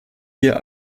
hier